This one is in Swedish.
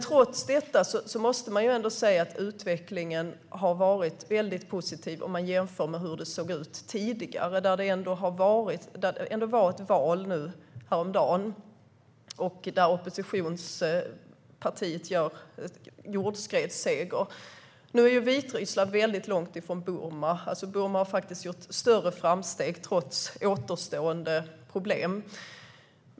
Trots detta måste man säga att utvecklingen varit mycket positiv om vi jämför med hur det såg ut tidigare. I de val som hölls häromdagen vann oppositionspartiet en jordskredsseger. Nu är Vitryssland väldigt långt från Burma - Burma har faktiskt gjort större framsteg trots återstående problem.